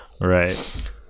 Right